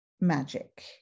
magic